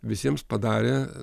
visiems padarė